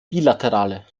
bilaterale